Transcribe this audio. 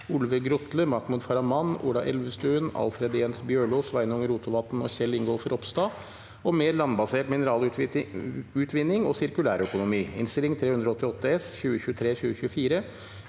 Olve Grotle, Mahmoud Farahmand, Ola Elvestuen, Alfred Jens Bjørlo, Sveinung Rotevatn og Kjell Ingolf Ropstad om mer landbasert mineralutvinning og sirkulærøkonomi (Innst. 388 S (2023–2024),